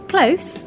Close